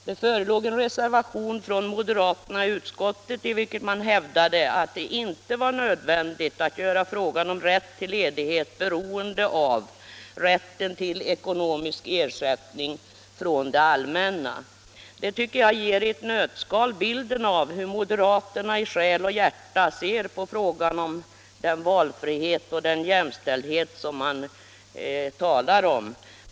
Det förelåg en moderatreservation, i vilken man hävdade att det inte var nödvändigt att göra frågan om rätt till ledighet beroende av rätten till ekonomisk ersättning från det allmänna. Det tycker jag i ett nötskal ger bilden av hur moderaterna i själ och hjärta ser på frågan om den valfrihet och den jämställdhet som de talar om.